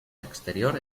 exterior